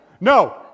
No